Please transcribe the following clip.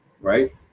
right